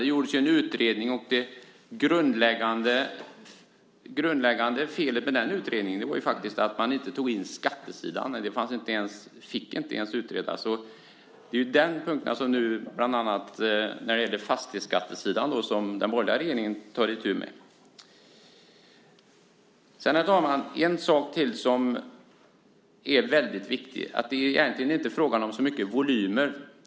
Det gjordes en utredning, och det grundläggande felet med den utredningen var att man inte tog upp skatterna. Det fick inte ens utredas. Nu tar den borgerliga regeringen bland annat itu med fastighetsskatten. Herr talman! Det finns en sak till som är väldigt viktig. Det är egentligen inte så mycket frågan om volymer.